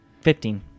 Fifteen